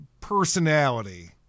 personality